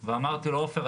ואמרתי לו: עפר,